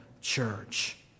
church